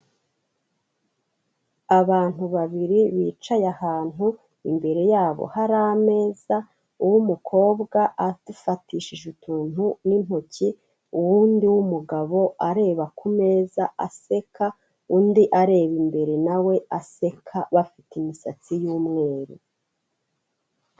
Abantu babiri bicaye ahantu, imbere yabo hari ameza, uw'umukobwa afatishije utuntu n'intoki uwundi w'umugabo areba ku meza aseka, undi areba imbere nawe aseka bafite imisatsi y'umweru.